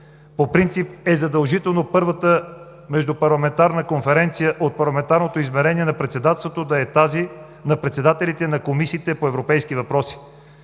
По принцип е задължително първата междупарламентарна конференция от Парламентарното измерение на Председателството да е тази на председателите на комисиите по европейски въпроси.